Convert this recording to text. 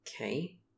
Okay